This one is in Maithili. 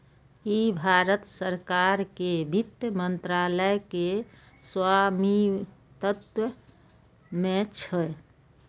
ई भारत सरकार के वित्त मंत्रालय के स्वामित्व मे छै